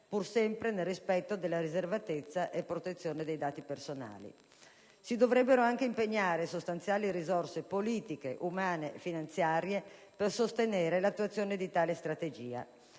pur sempre nel rispetto della riservatezza e della protezione dei dati personali. Si dovrebbero anche impegnare sostanziali risorse politiche, umane e finanziarie per sostenere l'attuazione di tale strategia.